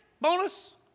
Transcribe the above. Bonus